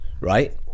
right